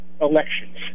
elections